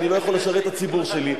הנציבות,